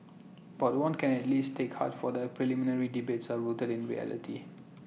but one can at least take heart that the parliamentary debates are rooted in reality